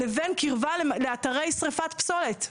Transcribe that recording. לבין קרבה לאתרי שריפת פסולת.